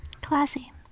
Classy